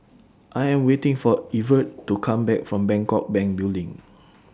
I Am waiting For Evertt to Come Back from Bangkok Bank Building